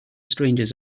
strangers